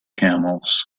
camels